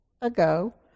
ago